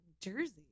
Jersey